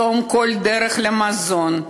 ולחסום כל דרך למזון,